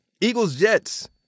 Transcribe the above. Eagles-Jets